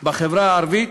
בחברה הערבית